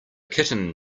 kitten